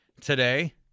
today